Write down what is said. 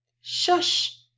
Shush